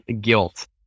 guilt